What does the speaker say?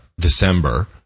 December